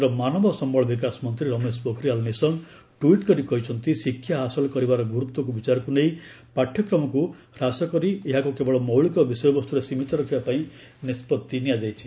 କେନ୍ଦ୍ର ମାନବ ସମ୍ଘଳ ବିକାଶ ମନ୍ତ୍ରୀ ରମେଶ ପୋଖରିଆଲ୍ ନିଶଙ୍କ ଟ୍ୱିଟ୍ କରି କହିଛନ୍ତି ଶିକ୍ଷା ହାସଲ କରିବାର ଗୁରୁତ୍ୱକୁ ବିଚାରକୁ ନେଇ ପାଠ୍ୟକ୍ରମକୁ ହ୍ରାସକରି କେବଳ ମୌଳିକ ବିଷୟବସ୍ତୁରେ ସୀମିତ ରଖିବା ପାଇଁ ନିଷ୍ପଭି ନିଆଯାଇଛି